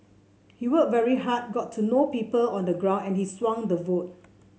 he worked very hard got to know people on the ground and he swung the vote